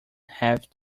have